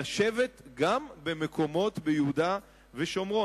לשבת גם במקומות ביהודה ושומרון.